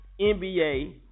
NBA